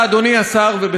ובזה אני מסיים,